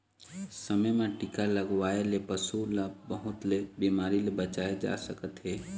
समे म टीका लगवाए ले पशु ल बहुत ले बिमारी ले बचाए जा सकत हे